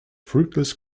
fruitless